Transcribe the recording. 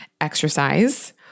Exercise